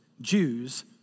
Jews